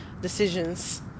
decisions